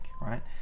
right